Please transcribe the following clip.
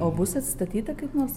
o bus atstatyta kaip nors